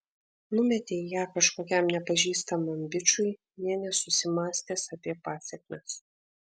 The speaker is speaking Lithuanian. numetei ją kažkokiam nepažįstamam bičui nė nesusimąstęs apie pasekmes